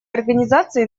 организации